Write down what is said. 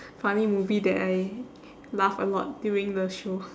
funny movie that I laugh a lot during the show